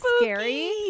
scary